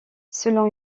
selon